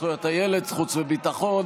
זכויות הילד, חוץ וביטחון.